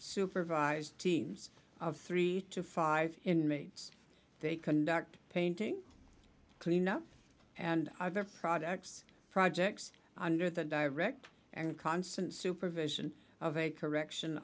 supervised teams of three to five inmates they conduct painting cleanup and their projects projects under the direct and constant supervision of a correction